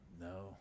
no